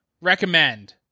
Recommend